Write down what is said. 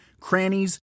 crannies